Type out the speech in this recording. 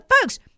folks